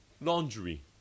laundry